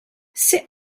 sut